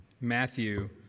Matthew